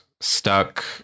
stuck